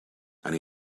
and